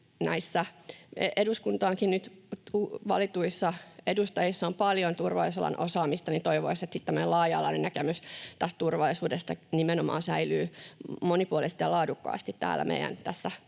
näissä eduskuntaankin nyt valituissa edustajissa on paljon turvallisuusalan osaamista, niin toivoisi, että nimenomaan tämmöinen laaja-alainen näkemys turvallisuudesta säilyy monipuolisesti ja laadukkaasti